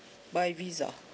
by Visa